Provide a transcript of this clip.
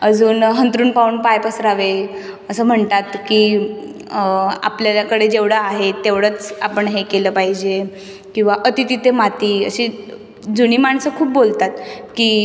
अजून अंथरुण पाहून पाय पसरावे असं म्हणतात की आपल्याला कडे जेवढं आहे तेवढंच आपण हे केलं पाहिजे किंवा अती तिथे माती अशी जुनी माणसं खूप बोलतात की